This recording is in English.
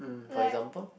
mm for example